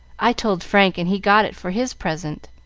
i told frank, and he got it for his present.